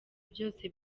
byose